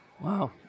Wow